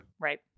Right